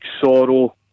Sorrow